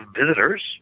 visitors